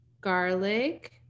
garlic